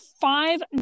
five